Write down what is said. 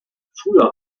früher